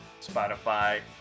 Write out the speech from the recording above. spotify